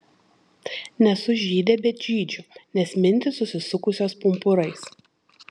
nesu žydė bet žydžiu nes mintys susisukusios pumpurais